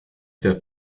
der